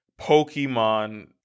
Pokemon